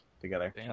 together